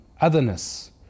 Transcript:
otherness